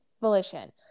volition